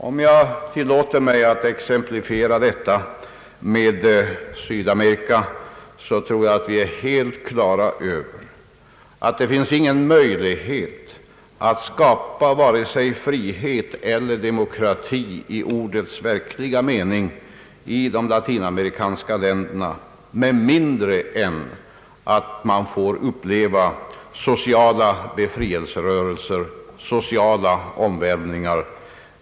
Om jag tillåter mig att exemplifiera detta med Sydamerika, så tror jag att vi är helt klara över att det inte finns någon möjlighet att skapa vare sig frihet eller demokrati i ordens verkliga mening i de latinamerikanska länderna med mindre än att man får uppleva sociala befrielserörelser, sociala omvälvningar.